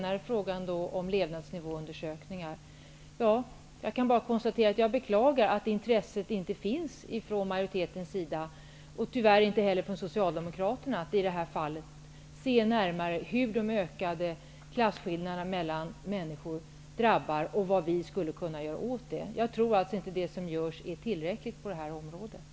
I fråga om levnadsnivåundersökningar kan jag bara konstatera att jag beklagar att intresset inte finns hos utskottsmajoriteten och tyvärr inte heller från Socialdemokraterna, att i det här fallet se hur de ökade klasskillnaderna mellan människor drabbar och vad vi skulle kunna göra åt det. Jag tror alltså att det som görs på det här området inte är tillräckligt.